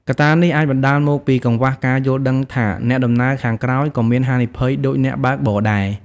កត្តានេះ អាចបណ្ដាលមកពីកង្វះការយល់ដឹងថា អ្នកដំណើរខាងក្រោយក៏មានហានិភ័យដូចអ្នកបើកបរដែរ។